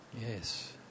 yes